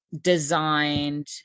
designed